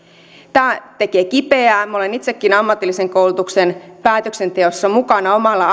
tämä tekee kipeää minä olen itsekin ammatillisen koulutuksen päätöksenteossa mukana omalla